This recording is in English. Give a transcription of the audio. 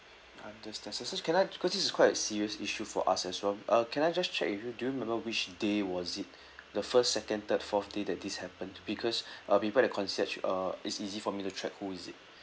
understand so sir can I cause this is quite a serious issue for us as well uh can I just check with you do you remember which day was it the first second third fourth day that this happened because I'll be by the concierge uh it's easy for me to track who is it